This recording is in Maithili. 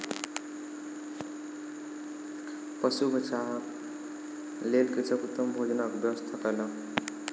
पशुक बच्चाक लेल कृषक उत्तम भोजनक व्यवस्था कयलक